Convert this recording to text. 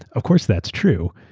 of course, that's true.